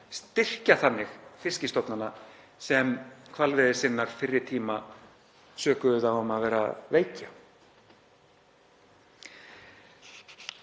styrkja þannig fiskistofnana sem hvalveiðisinnar fyrri tíma sökuðu þá um að vera að veikja.